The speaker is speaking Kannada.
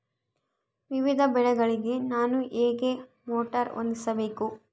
ವಿವಿಧ ಬೆಳೆಗಳಿಗೆ ನಾನು ಹೇಗೆ ಮೋಟಾರ್ ಹೊಂದಿಸಬೇಕು?